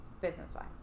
business-wise